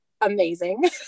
Amazing